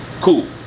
Cool